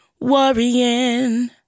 worrying